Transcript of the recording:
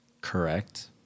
correct